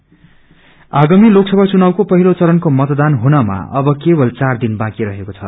Campion आगामी लोकसभा चुनावको पहिलो चरणको मतदान हुनमा अब केवल चारदिन बाँकी रहेको छ